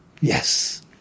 yes